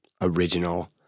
original